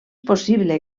possible